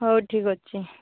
ହଉ ଠିକ୍ ଅଛି